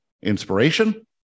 inspiration